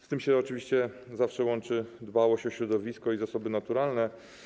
Z tym się oczywiście zawsze łączy dbałość o środowisko i zasoby naturalne.